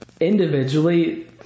individually